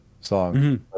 song